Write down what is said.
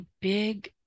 big